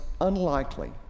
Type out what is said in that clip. unlikely